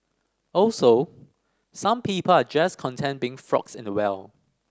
also some people are just content being frogs in a well